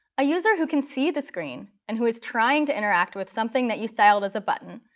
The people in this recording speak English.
a user who can see the screen and who is trying to interact with something that you styled as a button,